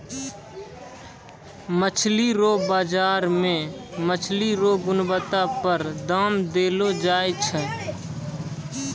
मछली रो बाजार मे मछली रो गुणबत्ता पर दाम देलो जाय छै